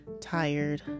Tired